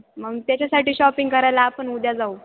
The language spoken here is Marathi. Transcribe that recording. मग त्याच्यासाठी शॉपिंग करायला आपण उद्या जाऊ